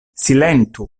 silentu